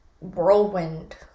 whirlwind